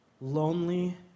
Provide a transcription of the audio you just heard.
lonely